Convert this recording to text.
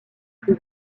plus